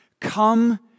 Come